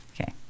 Okay